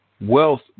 wealth